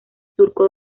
surco